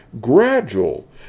gradual